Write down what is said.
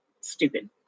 stupid